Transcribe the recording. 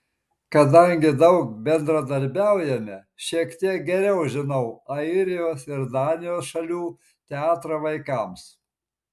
kadangi daug bendradarbiaujame šiek tiek geriau žinau airijos ir danijos šalių teatrą vaikams